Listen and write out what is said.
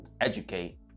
educate